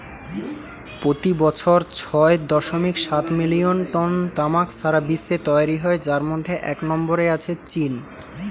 পোতি বছর ছয় দশমিক সাত মিলিয়ন টন তামাক সারা বিশ্বে তৈরি হয় যার মধ্যে এক নম্বরে আছে চীন